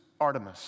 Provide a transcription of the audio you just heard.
Artemis